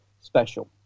special